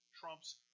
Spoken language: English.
trumps